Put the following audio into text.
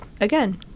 again